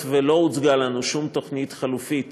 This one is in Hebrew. והיות שלא הוצגה לנו שום תוכנית חלופית